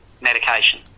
medication